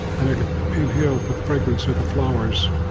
and i could inhale the fragrance of the flowers,